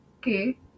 okay